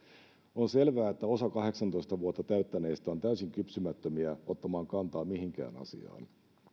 on selvää että osa kahdeksantoista vuotta täyttäneistä on täysin kypsymättömiä ottamaan kantaa mihinkään asiaan